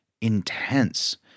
intense